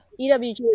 EWG